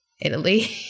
Italy